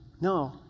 No